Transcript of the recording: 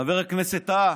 חבר הכנסת טאהא,